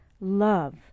love